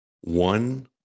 one